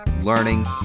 learning